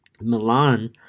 Milan